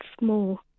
more